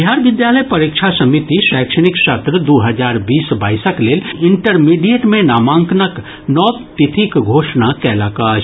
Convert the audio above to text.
बिहार विद्यालय परीक्षा समिति शैक्षणिक सत्र दू हजार बीस बाईसक लेल इंटरमीडिएट मे नामांकनक नव तिथिक घोषणा कयलक अछि